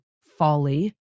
folly